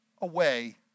away